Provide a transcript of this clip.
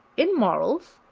in morals,